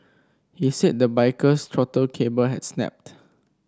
he said the biker's throttle cable had snapped